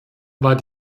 war